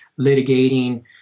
litigating